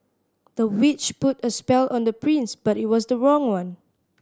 the witch put a spell on the prince but it was the wrong one